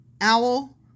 owl